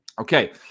Okay